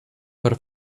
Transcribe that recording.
per